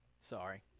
Sorry